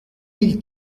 mille